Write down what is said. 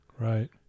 Right